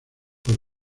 con